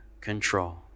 control